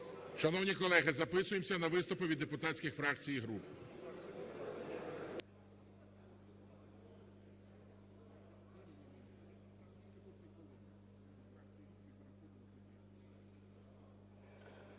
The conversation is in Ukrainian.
Шановні колеги, записуємося на виступи від депутатських фракцій і груп.